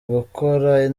ugukora